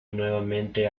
nuevamente